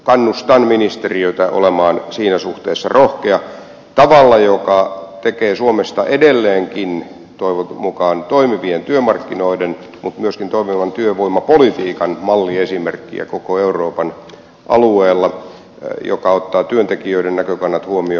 kannustan ministeriötä olemaan siinä suhteessa rohkea tavalla joka tekee suomesta edelleenkin toivon mukaan toimivien työmarkkinoiden mutta myöskin toimivan työvoimapolitiikan malliesimerkkiä koko euroopan alueella joka ottaa työntekijöiden näkökannat huomioon